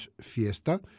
fiesta